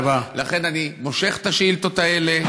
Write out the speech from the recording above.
לכן אני מושך את השאילתות האלה.